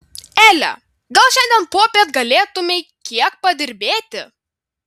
ele gal šiandien popiet galėtumei kiek padirbėti